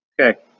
Okay